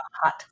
hot